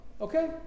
Okay